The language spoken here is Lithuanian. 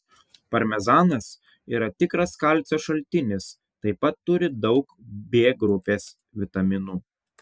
parmezanas yra tikras kalcio šaltinis taip pat turi daug b grupės vitaminų